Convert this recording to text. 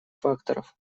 факторов